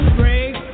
break